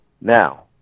Now